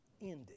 ended